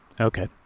Okay